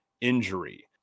injury